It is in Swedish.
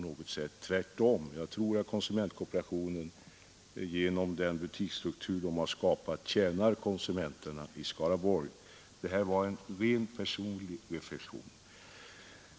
Jag tror tvärtom att konsumentkooperationen genom den butiksstruktur den skapat tjänar konsumenterna i Skaraborg. Detta var en rent personlig reflexion!